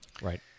Right